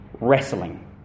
wrestling